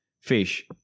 fish